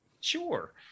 sure